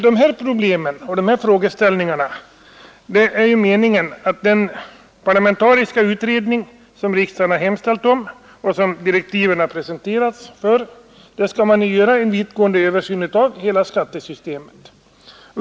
Dessa problem och frågeställningar är det meningen att den parlamentariska utredning, som riksdagen hemställt om och för vilken direktiv presenterats, skall göra en vittgående översyn av i samband med en översyn av hela skattesystemet.